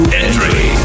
entry